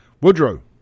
Woodrow